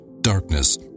darkness